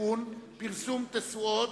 (תיקון, פרסום תשואות),